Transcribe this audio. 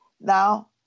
now